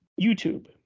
YouTube